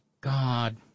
God